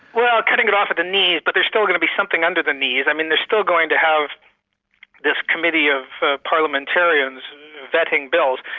well, cutting it off at the knees, but there's still going to be something under the knees. i mean, they're still going to have this committee of parliamentarians vetting bills,